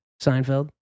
Seinfeld